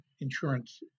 insurance